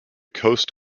coast